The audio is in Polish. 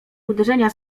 uderzenia